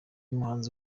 umuhanzi